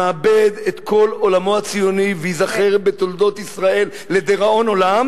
מאבד את כל עולמו הציוני וייזכר בתולדות ישראל לדיראון עולם